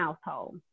household